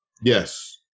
Yes